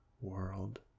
world